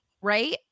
Right